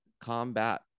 combat